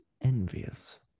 envious